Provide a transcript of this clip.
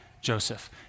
Joseph